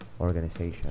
organization